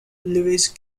lewis